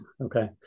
Okay